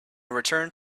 returned